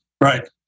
Right